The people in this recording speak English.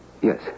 Yes